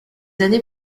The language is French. années